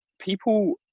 people